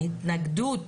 ההתנגדות,